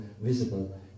visible